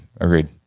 agreed